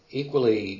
equally